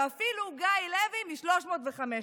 ואפילו גיא לוי מ-315.